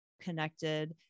connected